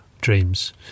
dreams